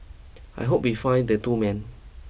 I hope we find the two men